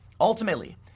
Ultimately